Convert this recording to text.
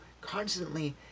constantly